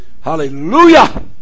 Hallelujah